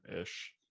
ish